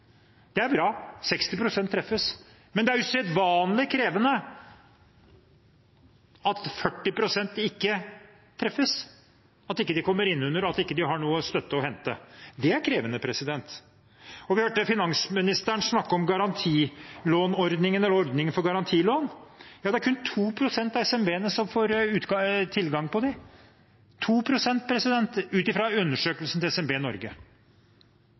Det er bra at 60 pst. treffes, men det er usedvanlig krevende at 40 pst. ikke treffes, at ikke de kommer innunder ordningen, og at de ikke har noe støtte å hente. Det er krevende. Vi hørte finansministeren snakke om garantiordningen for lån. Ja, det er kun 2 pst. av SMB-ene som får tilgang på den – 2 pst. – ut fra undersøkelsen til SMB Norge.